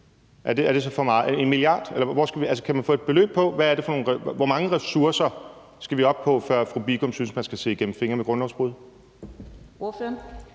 er det så for meget? Er det 1 mia. kr.? Altså, kan man få et beløb på? Hvor mange ressourcer skal vi op på, før fru Marianne Bigum synes at man skal se igennem fingre med grundlovsbrud?